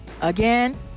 again